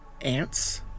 Ants